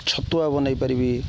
ଛତୁଆ ବନେଇପାରିବି